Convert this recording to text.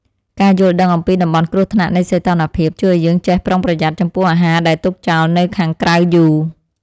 ការយល់ដឹងអំពីតំបន់គ្រោះថ្នាក់នៃសីតុណ្ហភាព ជួយឱ្យយើងចេះប្រុងប្រយ័ត្នចំពោះអាហារដែលទុកចោលនៅខាងក្រៅយូរ។